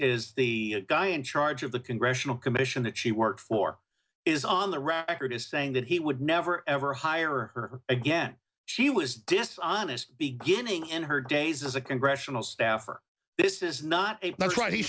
the guy in charge of the congressional commission that she worked for is on the record as saying that he would never ever hire her again she was dishonest beginning and her days as a congressional staffer this is not that's right he